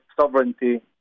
sovereignty